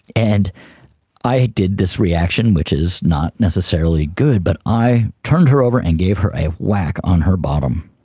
and i did this reaction which is not necessarily good but i turned her over and gave her a whack on her bottom,